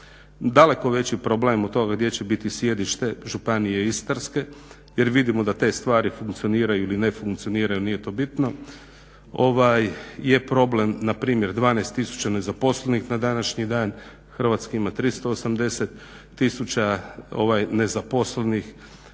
Daleko veći problem od toga gdje će biti sjedište županije Istarske jer vidimo da te stvari funkcioniraju ili ne funkcioniraju nije to bitno je problem na primjer 12 tisuća nezaposlenih na današnji dan, Hrvatska ima 380 tisuća nezaposlenih,